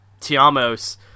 Tiamos